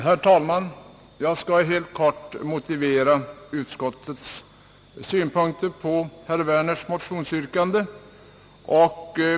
Herr talman! Jag skall helt kort motivera utskottets synpunkter på herr Werners motionsyrkande.